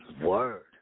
Word